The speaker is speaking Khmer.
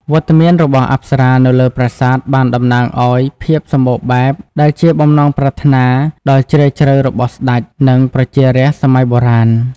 វត្តមានរបស់អប្សរានៅលើប្រាសាទបានតំណាងឲ្យ ភាពសម្បូរបែប ដែលជាបំណងប្រាថ្នាដ៏ជ្រាលជ្រៅរបស់ស្តេច និងប្រជារាស្ត្រសម័យបុរាណ។